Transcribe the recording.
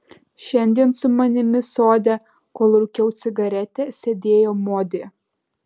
šiandien su manimi sode kol rūkiau cigaretę sėdėjo modė